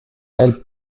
elle